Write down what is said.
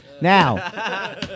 Now